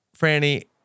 Franny